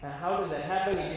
how did that happen?